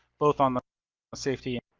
both on the safety